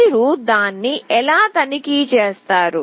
మీరు దాన్ని ఎలా తనిఖీ చేస్తారు